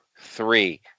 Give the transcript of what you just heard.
three